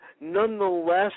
nonetheless